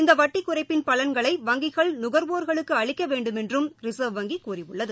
இந்தவட்டிக் குறைப்பின் பலன்களை வங்கிகள் நுகர்வோர்களுக்குஅளிக்கவேண்டுமென்றும் ரிசா்வ் வங்கிகூறியுள்ளது